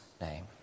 name